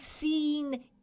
seen